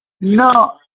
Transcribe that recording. No